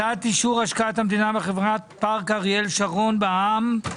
הצעת אישור השקעת המדינה בחברת פארק אריאל שרון בע"מ (חל"צ)